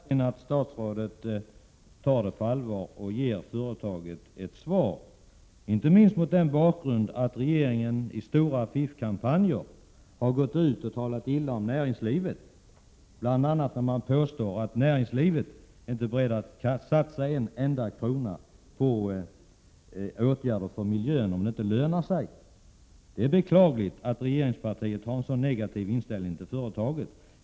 Fru talman! Jag hoppas verkligen att statsrådet tar saken på allvar och ger företaget ett svar, inte minst med tanke på att regeringen i stora affischkampanjer har talat illa om näringslivet. Det har bl.a. påståtts att näringslivet inte är berett att satsa en enda krona på åtgärder för miljön, om det inte lönar sig. Det är beklagligt att regeringspartiet har en så negativ inställning till företagen.